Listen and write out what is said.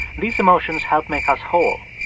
these emotions help make us whole.